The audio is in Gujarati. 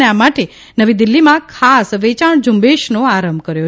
અને આ માટે નવી દિલ્હીમાં ખાસ વેચાણઝુંબેશનો આરંભ કર્યો